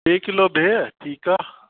टे किलो बिह ठीकु आहे